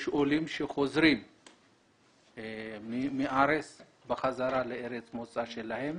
יש עולים שחוזרים מהארץ בחזרה לארץ המוצא שלהם